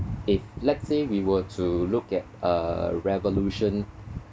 if let's say we were to look at uh revolution